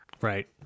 Right